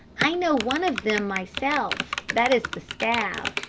i know one of them myself that is the scab.